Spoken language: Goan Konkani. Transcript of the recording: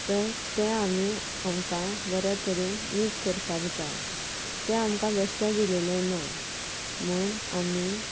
तर तें आमी आमकां बरें तरेन यूज करपाक जाय तें आमकां बेश्टें दिलेलें ना म्हूण आमी